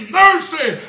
mercy